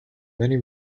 many